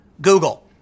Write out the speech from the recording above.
Google